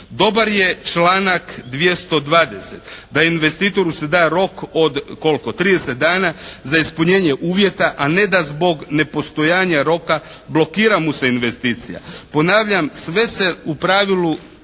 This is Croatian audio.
Dobar je članak 220. da investitoru se dade rok od, koliko, 30 dana za ispunjenje uvjeta, a ne da zbog nepostojanja roka blokira mu se investicija. Ponavljam, sve se u pravilu